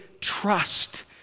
trust